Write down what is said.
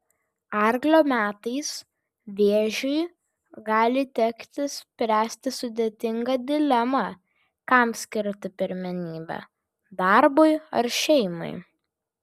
arklio metais vėžiui gali tekti spręsti sudėtingą dilemą kam skirti pirmenybę darbui ar šeimai